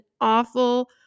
awful